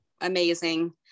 amazing